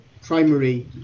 primary